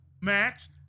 Max